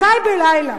מתי בלילה,